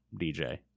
DJ